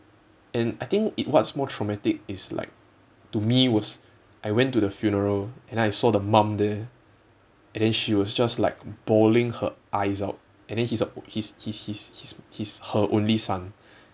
and I think i~ what's more traumatic is like to me it was I went to the funeral and then I saw the mom there and then she was just like bawling her eyes out and then he's a he's he's he's he's he's her only son